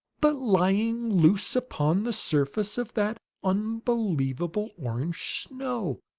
but lying loose upon the surface of that unbelievable orange snow!